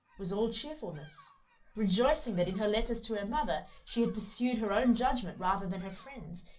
was all cheerfulness rejoicing that in her letters to her mother, she had pursued her own judgment rather than her friend's,